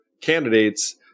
candidates